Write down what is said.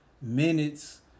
minutes